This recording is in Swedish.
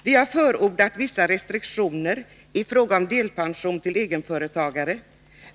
Vi har förordat vissa restriktioner i fråga om delpension till egenföretagare.